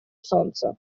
солнца